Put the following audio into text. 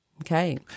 Okay